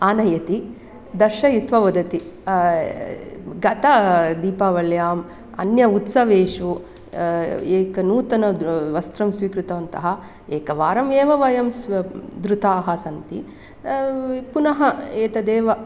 आनयति दर्शयित्वा वदति गतदीपावल्याम् अन्य उत्सवेषु एकनूतनं द्रु वस्त्रं स्वीकृतवन्तः एकवारम् एव वयं स्व धृता सन्ति पुनः एतदेव